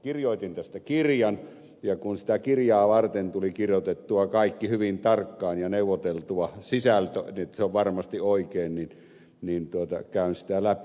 kirjoitin tästä kirjan ja kun sitä kirjaa varten tuli kirjoitettua kaikki hyvin tarkkaan ja neuvoteltua sisältö niin että se on varmasti oikein niin käyn sitä läpi